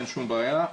אין שום בעיה.